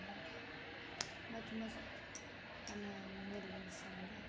ᱢᱚᱡᱽ ᱢᱚᱡᱽ ᱢᱟᱱᱮ ᱧᱮᱧᱮᱞ ᱡᱤᱱᱤᱥ ᱦᱚᱸ ᱢᱮᱱᱟᱜᱼᱟ